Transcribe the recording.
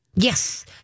Yes